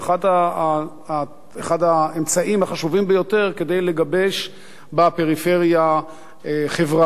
הוא אחד האמצעים החשובים ביותר כדי לגבש בפריפריה חברה,